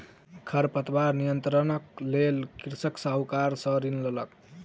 खरपतवार नियंत्रणक लेल कृषक साहूकार सॅ ऋण लेलक